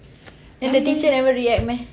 and the teacher never react meh